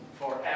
Forever